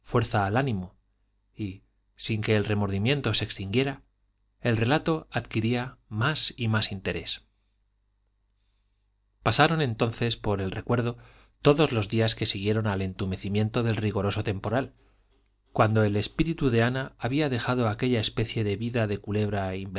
fuerza al ánimo y sin que el remordimiento se extinguiera el relato adquiría más y más interés pasaron entonces por el recuerdo todos los días que siguieron al entumecimiento del rigoroso temporal cuando el espíritu de ana había dejado aquella especie de vida de culebra